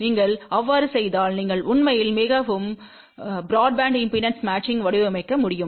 நீங்கள் அவ்வாறு செய்தால் நீங்கள் உண்மையில் மிகவும் பிராட்பேண்ட் இம்பெடன்ஸ் பொருத்தத்தை வடிவமைக்க முடியும்